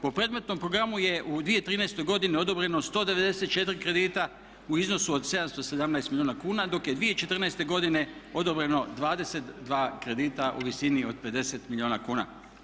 Po predmetnom programu je u 2013. godini odobreno 194 kredita u iznosu od 717 milijuna kuna, dok je 2014. godine odobreno 22 kredita u visini od 50 milijuna kuna.